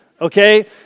Okay